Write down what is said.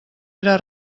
era